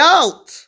out